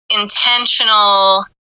intentional